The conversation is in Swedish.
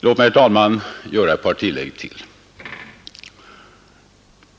Låt mig, herr talman, göra ytterligare ett par tillägg!